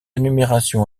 numération